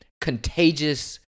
contagious